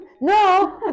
no